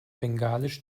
bengalisch